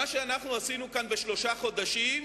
מה שאנחנו עשינו כאן בשלושה חודשים